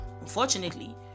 Unfortunately